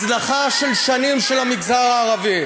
הזנחה של שנים של המגזר הערבי.